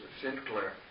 Sinclair